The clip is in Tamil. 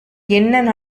என்ன